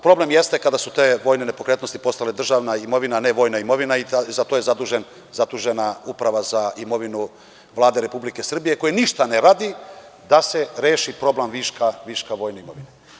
Problem jeste kada su te vojne nepokretnosti postale državna imovina, a ne vojna i za to je zadužena Uprava za imovinu Vlade Republike Srbije, koja ništa ne radi da se reši problem viška vojne imovine.